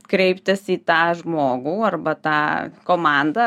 kreiptis į tą žmogų arba tą komandą